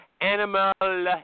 Animal